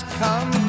come